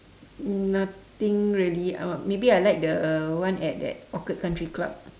nothing really uh maybe I like the one at that orchid country club